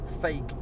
fake